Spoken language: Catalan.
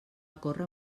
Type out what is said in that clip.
córrer